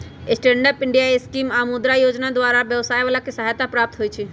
stand up India scheme आऽ मुद्रा जोजना द्वारा नयाँ व्यवसाय बला के सहायता प्राप्त होइ छइ